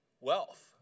wealth